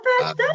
first